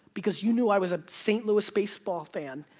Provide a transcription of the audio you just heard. because you knew i was a st. louis baseball fan,